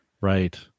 Right